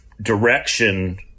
direction